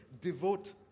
devote